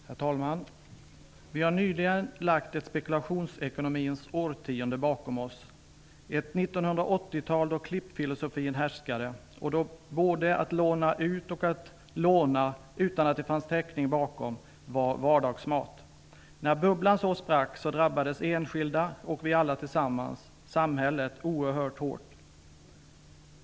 Herr talman! Vi har nyligen lagt ett spekulationsekonomins årtionde bakom oss. Det var ett 1980-tal då klippfilosofin härskade. Då var det vardagsmat att både låna och låna ut utan att det fanns någon täckning. När bubblan sprack drabbades enskilda och vi alla tillsammans, samhället, oerhört hårt.